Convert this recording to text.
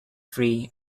free